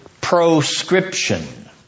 proscription